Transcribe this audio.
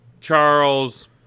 Charles